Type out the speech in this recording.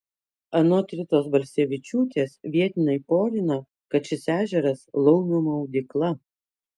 anot ritos balsevičiūtės vietiniai porina kad šis ežeras laumių maudykla